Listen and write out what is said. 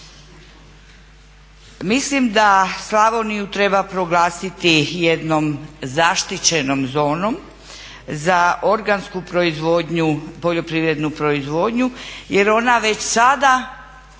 Mislim da Slavoniju treba proglasiti jednom zaštićenom zonom za organsku proizvodnju, poljoprivrednu proizvodnju jer ona već sada